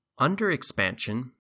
underexpansion